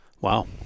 Wow